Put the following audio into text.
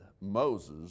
Moses